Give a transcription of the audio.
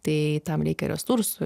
tai tam reikia resursų